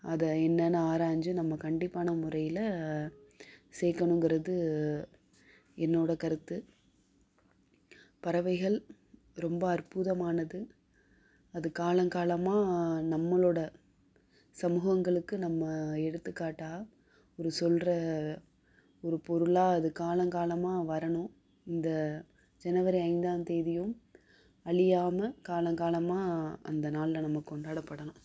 அதை என்னென்னு ஆராஞ்சு நம்ம கண்டிப்பான முறையில் சேர்க்கணுங்கறது என்னோட கருத்து பறவைகள் ரொம்ப அற்புதமானது அது காலங்காலமாக நம்மளோட சமூகங்களுக்கு நம்ம எடுத்துக்காட்டாக ஒரு சொல்லுற ஒரு பொருளாக அது காலங்காலமாக வரணும் இந்த ஜனவரி ஐந்தாம் தேதியும் அழியாம காலம் காலமாக அந்த நாளில் நம்ம கொண்டாடப்படலாம்